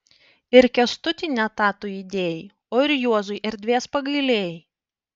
ir kęstutį ne tą tu įdėjai o ir juozui erdvės pagailėjai